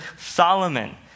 Solomon